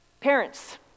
Parents